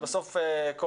וזה בסוף קורה,